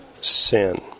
sin